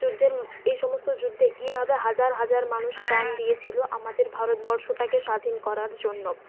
যুদ্ধের এই সমস্ত যুদ্ধে কীভাবে হাজার হাজার মানুষ প্রাণ দিয়েছিলো আমাদের ভারতবর্ষটাকে স্বাধীন করার জন্য